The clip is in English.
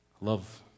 Love